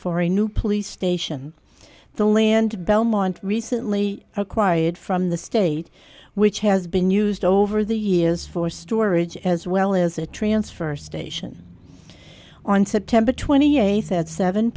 for a new police station the land belmont recently acquired from the state which has been used over the years for storage as well as a transfer station on september twenty eighth at seven